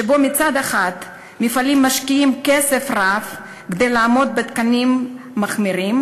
שבו מצד אחד מפעלים משקיעים כסף רב כדי לעמוד בתקנים מחמירים,